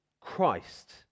Christ